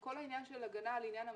כל העניין של הגנה על עניין המשקיע,